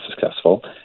successful